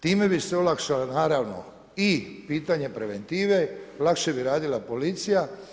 Time bi se olakšale naravno i pitanje preventive, lakše bi radila policija.